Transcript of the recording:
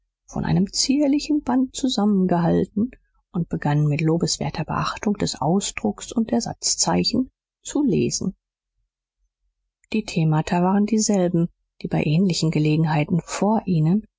von einem zierlichen band zusammengehalten und begannen mit lobenswerter beachtung des ausdrucks und der satzzeichen zu lesen die themata waren dieselben die bei ähnlichen gelegenheiten vor ihnen